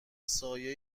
سایه